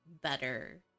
better